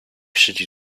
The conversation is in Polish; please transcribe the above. siedzi